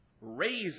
raise